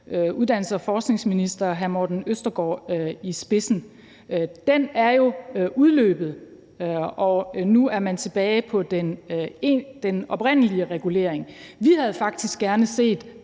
uddannelses- og forskningsminister hr. Morten Østergaard i spidsen. Den er jo udløbet, og nu er man tilbage på den oprindelige regulering. Vi havde faktisk gerne set,